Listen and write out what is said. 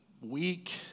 weak